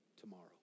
tomorrow